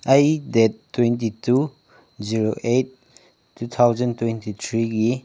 ꯑꯩ date twenty two zero eight two thousand twenty ꯊ꯭ꯔꯤꯒꯤ